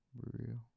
Real